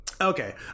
Okay